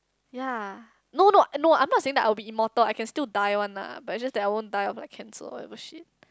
ya no no no I'm not saying that I will be immortal I can still die one lah but just that I won't die on like cancer or whatever shit